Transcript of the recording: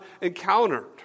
encountered